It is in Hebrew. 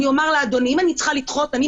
אני אומר לאדוני, אם אני צריכה לדחות, אני